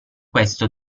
questo